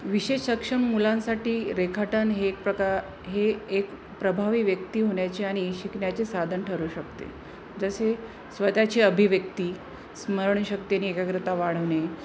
विशेष सक्षम मुलांसाठी रेखाटन हे एक प्रकार हे एक प्रभावी व्यक्ती होण्याचे आणि शिकण्याचे साधन ठरू शकते जसे स्वतःची अभिव्यक्ती स्मरणशक्तीने एकाग्रता वाढवणे